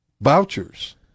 vouchers